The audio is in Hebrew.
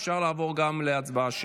אפשר לעבור גם להצבעה שמית.